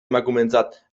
emakumeentzat